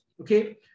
okay